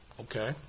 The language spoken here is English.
okay